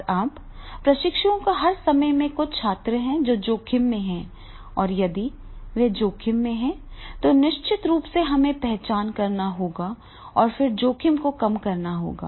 और अब प्रशिक्षुओं के हर समूह में कुछ छात्र हैं जो जोखिम में हैं और यदि वे जोखिम में हैं तो निश्चित रूप से हमें पहचान करना होगा और फिर जोखिम को कम करना होगा